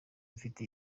mfite